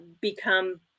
become